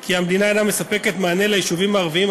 כי המדינה אינה מספקת מענה ליישובים הערביים,